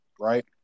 right